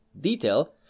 detail